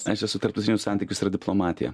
aš esu tarptautinius santykius ir diplomatiją